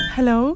Hello